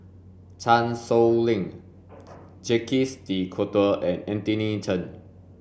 Chan Sow Lin Jacques de Coutre and Anthony Chen